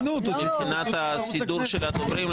מבחינת הסידור של הדוברים,